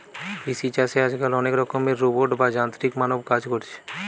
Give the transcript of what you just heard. কৃষি চাষে আজকাল অনেক রকমের রোবট বা যান্ত্রিক মানব কাজ কোরছে